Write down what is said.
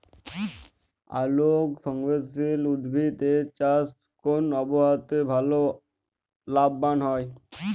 আলোক সংবেদশীল উদ্ভিদ এর চাষ কোন আবহাওয়াতে ভাল লাভবান হয়?